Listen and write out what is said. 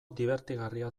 dibertigarria